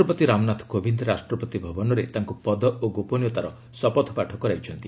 ରାଷ୍ଟ୍ରପତି ରାମନାଥ କୋବିନ୍ଦ ରାଷ୍ଟ୍ରପତି ଭବନରେ ତାଙ୍କ ପଦ ଓ ଗୋପନୀୟତାର ଶପଥପାଠ କରାଇଛନ୍ତି